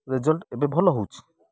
result ଏବେ ଭଲ ହଉଛି